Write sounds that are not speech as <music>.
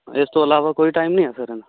ਇਸ ਤੋਂ ਇਲਾਵਾ ਕੋਈ ਟਾਈਮ ਨਹੀਂ ਹੈ ਸਰ <unintelligible>